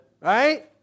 Right